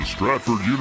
Stratford